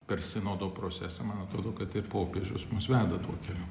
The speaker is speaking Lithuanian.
per sinodo procesą man atrodo kad ir popiežius mus veda tuo keliu